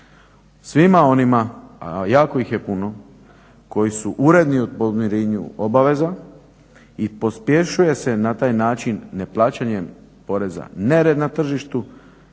Svima onima, a jako ih je puno koji su uredni u podmirenju obaveza i pospješuje se na taj način ne plaćanjem poreza nered na tržištu